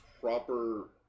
proper